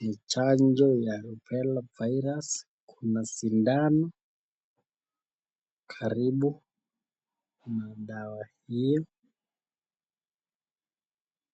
ni chanjo ya rupella virus Kuna sindano karibu na dawa hii.